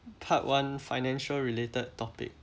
part one financial related topic